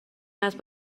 نسل